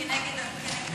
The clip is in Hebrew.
כספים.